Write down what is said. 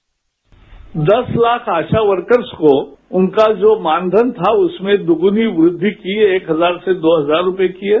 bite दस lakh ASHA workers को उनका जो मानधन था उसमें दुगुनी वृद्धि की एक हजार से दो हजार रुपये किये